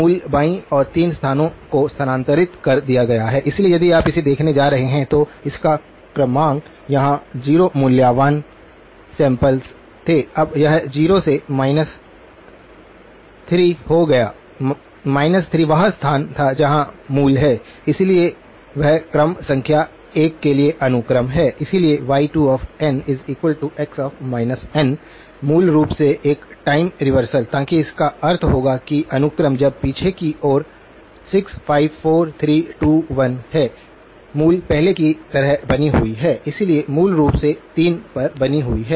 मूल बाईं ओर 3 स्थानों को स्थानांतरित कर दिया गया है इसलिए यदि आप इसे देखने जा रहे हैं तो इसका क्रमांक यहाँ 0 मूल्यवान सैम्पल्स थे अब यह 0 से माइनस 3 हो गया माइनस 3 वह स्थान था जहां मूल है इसलिए वह क्रम संख्या 1 के लिए अनुक्रम है इसलिए y2nx n मूल रूप से एक टाइम रिवर्सल ताकि इसका अर्थ होगा कि अनुक्रम अब पीछे की ओर 6 5 4 3 2 1 है मूल पहले की तरह बनी हुई है इसलिए मूल रूप से 3 पर बनी हुई है